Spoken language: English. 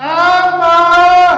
oh